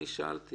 שאלתי